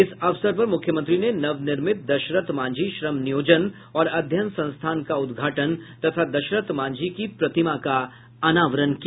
इस अवसर पर मुख्यमंत्री ने नवनिर्मित दशरथ मांझी श्रम नियोजन और अध्ययन संस्थान का उद्घाटन तथा दशरथ मांझी की प्रतिमा का अनावरण किया